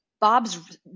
Bob's